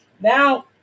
Now